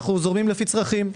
אנו זורמים לפי צרכים.